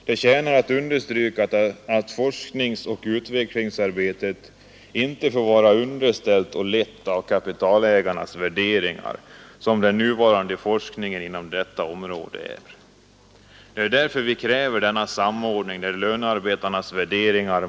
Det förtjänar att understrykas att forskningsoch utvecklingsarbete inte får vara underställt och lett av kapitalägarnas värderingar som den nuvarande for denna samordning, där lönearbetarnas värderingar och mål skall vara kningen inom detta område är.